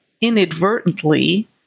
inadvertently